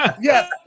yes